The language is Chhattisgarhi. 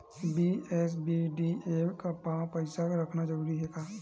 बी.एस.बी.डी.ए मा पईसा रखना जरूरी हे का?